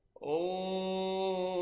oh